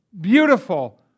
beautiful